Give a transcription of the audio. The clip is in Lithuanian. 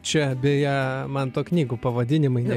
čia beje manto knygų pavadinimai ne